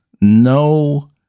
no